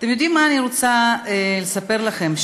אתם יודעים מה אני רוצה לספר לכם?